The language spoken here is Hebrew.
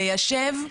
ליישב,